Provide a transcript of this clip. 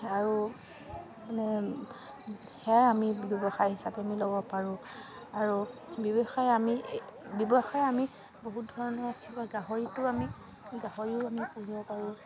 আৰু মানে সেয়াই আমি ব্যৱসায় হিচাপে আমি ল'ব পাৰোঁ আৰু ব্যৱসায় আমি ব্যৱসায় আমি বহুত ধৰণৰ গাহৰিটো আমি গাহৰিও আমি পুহিব পাৰোঁ